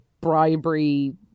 bribery